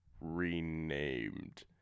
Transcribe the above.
renamed